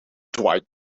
dwight